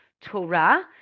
Torah